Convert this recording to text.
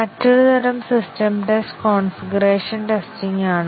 മറ്റൊരു തരം system test configuration testing ആണ്